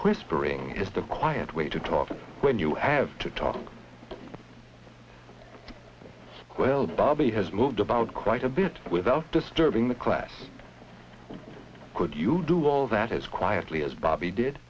whispering it is the quiet way to talk and when you have to talk well bobby has moved about quite a bit without disturbing the class could you do all that as quietly as bobby did